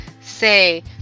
say